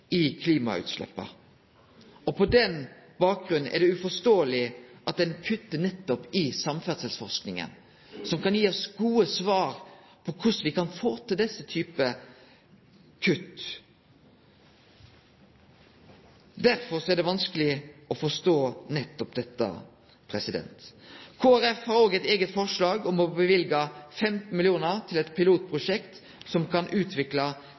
i klimautsleppa. På den bakgrunnen er det uforståeleg at ein kuttar nettopp i samferdselsforskinga, som kan gi oss gode svar på korleis me kan få til denne typen kutt. Derfor er det vanskeleg å forstå nettopp dette. Kristeleg Folkeparti har òg eit eige forslag om å løyve 15 mill. kr til eit pilotprosjekt, som kan